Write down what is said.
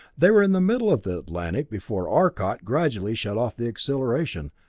they were in the middle of the atlantic before arcot gradually shut off the acceleration,